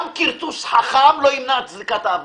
גם כרטוס חכם לא ימנע את זריקת האבנים.